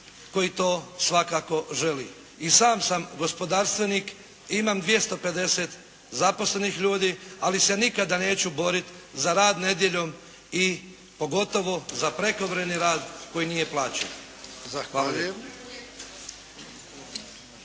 koji to svakako želi. I sam sam gospodarstvenik i imam 250 zaposlenih ljudi ali se nikada neću boriti za rad nedjeljom i pogotovo za prekovremeni rad koji nije plaćen.